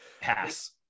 pass